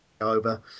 over